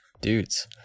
dudes